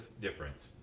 difference